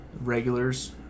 regulars